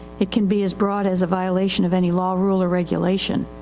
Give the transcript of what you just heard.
it can be as broad as a violation of any law, rule, or regulation.